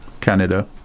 Canada